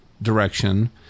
direction